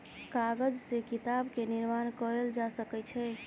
कागज से किताब के निर्माण कयल जा सकै छै